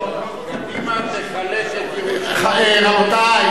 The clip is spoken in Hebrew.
קדימה תחלק את ירושלים, רבותי.